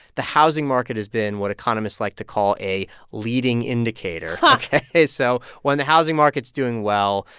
the housing market has been what economists like to call a leading indicator, ok? so when the housing market's doing well,